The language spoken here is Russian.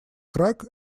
краг